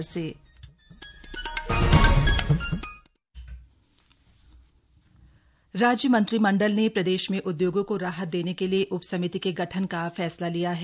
cabinet फैसले राज्य मंत्रीमंडल ने प्रदेश में उद्योगों को राहत देने के लिए उप समिति के गठन का फैसला लिया है